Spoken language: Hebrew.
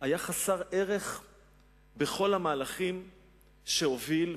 היה חסר ערך בכל המהלכים שהוביל,